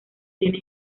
tiene